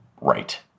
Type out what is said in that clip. right